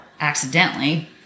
accidentally